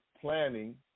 planning